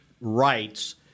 rights –